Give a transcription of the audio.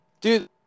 dude